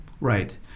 Right